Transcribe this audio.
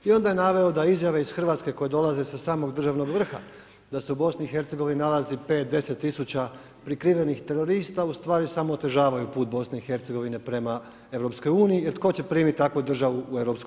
I onda je naveo da izjave iz Hrvatske, koje dolaze sa samog državnog vrha, da se u BIH, nalazi 5, 10 tisuća prekrivenih terorista, ustvari samo otežavaju put BIH prema EU, jer tko će primiti takvu državu u EU.